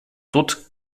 dort